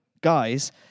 guys